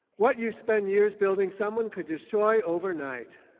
what you spend years building someone could destroy overnight.